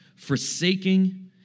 Forsaking